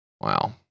Wow